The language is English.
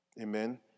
Amen